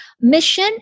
mission